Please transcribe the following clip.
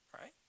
right